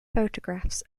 photographs